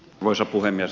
arvoisa puhemies